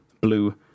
blue